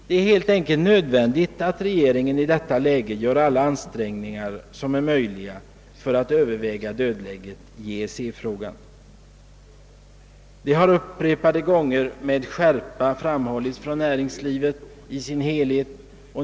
Det är helt enkelt nödvändigt att regeringen i detta läge gör alla ansträngningar som är möjliga för att överväga dödläget i EEC-frågan. Detta har upprepade gånger med skärpa framhållits från näringslivet i sin helhet.